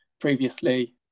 previously